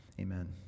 Amen